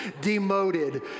demoted